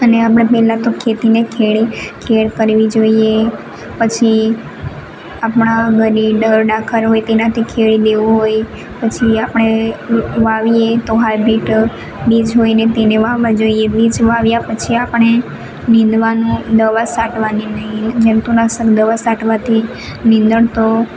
અને અમણે પહેલા તો ખેતીને ખેડી ખેડ કરવી જોઈએ પછી આપણા ઘરે ડર દાખડ હોય તેનાથી ખેડી દેવું હોય પછી આપણે વાવીએ તો હાર્ટબીટ બીજ હોય તેને વાવવા જોઈએ બીજ વાવ્યા પછી આપણે નીંદવાનું દવા છાટવાની નહીં જંતુનાશક દવા છાટવાથી નીંદણ તો